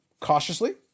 cautiously